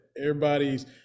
everybody's